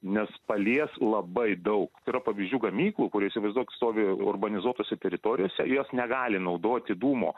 nes palies labai daug tai yra pavyzdžių gamyklų kurie įsivaizduok stovi urbanizuotose teritorijose jos negali naudoti dūmo